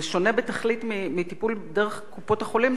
זה שונה בתכלית מטיפול דרך קופות-החולים,